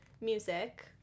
music